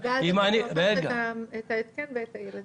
ואז אתה שוכח את ההתקן ואת הילד...